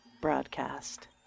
broadcast